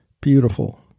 beautiful